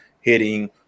hitting